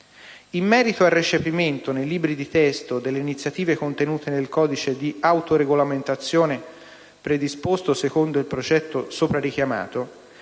In merito al recepimento nei libri di testo delle indicazioni contenute nel codice di autoregolamentazione predisposto secondo il progetto POLITE si ricorda